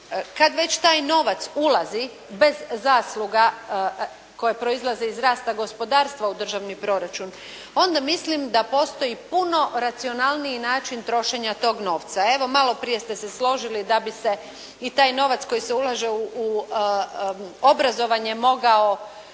Kad već taj novac ulazi bez zasluga koje proizlaze iz rasta gospodarstva u državni proračun, onda mislim da postoji puno racionalniji način trošenja tog novca. Evo maloprije ste se složili da bi se i taj novac koji se ulaže u obrazovanje mogao